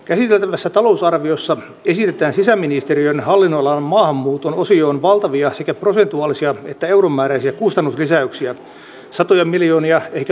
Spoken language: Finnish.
käsiteltävässä talousarviossa esitetään sisäministeriön hallinnonalan maahanmuuton osioon valtavia sekä prosentuaalisia että euromääräisiä kustannuslisäyksiä satoja miljoonia ehkä lopulta miljardeja